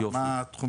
מה התחום